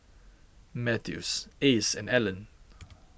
Mathews Ace and Alan